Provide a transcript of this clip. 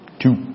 Two